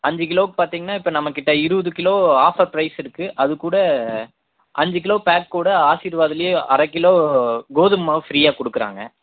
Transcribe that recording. அஞ்சு கிலோக் பாத்தீங்கனா இப்போ நம்ம கிட்ட இருபது கிலோ ஆஃபர் ப்ரைஸ் இருக்கு அதுக் கூட அஞ்சு கிலோ பேக்கோட ஆஷீர்வாதுலையே அரை கிலோ கோதும் மாவு ஃப்ரீயாக கொடுக்கறாங்க